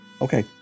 Okay